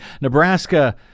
Nebraska